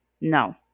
No